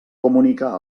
comunicar